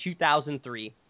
2003